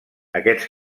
aquests